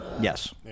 Yes